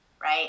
right